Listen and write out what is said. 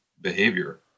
behavior